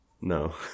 No